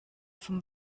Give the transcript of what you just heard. vom